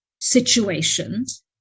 situations